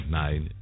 nine